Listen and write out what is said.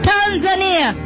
Tanzania